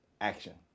Action